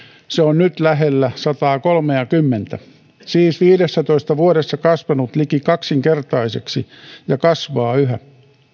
se on nyt lähellä sataakolmeakymmentä siis viidessätoista vuodessa kasvanut liki kaksinkertaiseksi ja kasvaa yhä